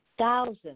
thousand